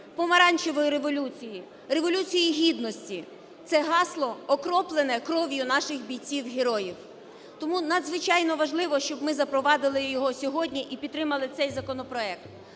Помаранчевої революції, Революції Гідності, це гасло окроплено кров'ю наших бійців-героїв. Тому надзвичайно важливо, щоб ми запровадили його сьогодні і підтримали цей законопроект.